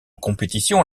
compétition